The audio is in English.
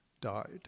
died